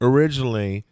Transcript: Originally